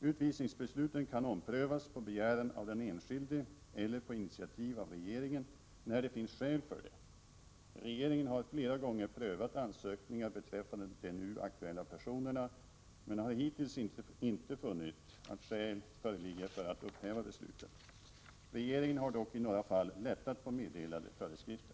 Utvisningsbesluten kan omprövas på begäran av den enskilde eller på initiativ av regeringen när det finns skäl för det. Regeringen har flera gånger prövat ansökningar beträffande de nu aktuella personerna men har hittills inte funnit att skäl föreligger för att upphäva besluten. Regeringen har dock i några fall lättat på meddelade föreskrifter.